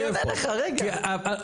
רגע, אבל הייתי, אני עונה לך, רגע.